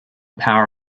power